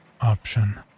option